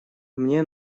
мне